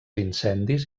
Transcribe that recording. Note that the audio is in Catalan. incendis